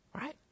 right